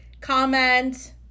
Comment